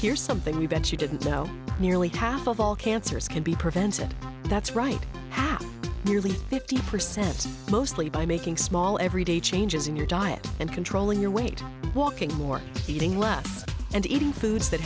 here something we bet you didn't know nearly half of all cancers can be prevented that's right nearly fifty percent mostly by making small everyday changes in your diet and controlling your weight walking more eating less and eating foods that